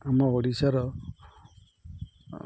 ଆମ ଓଡ଼ିଶାର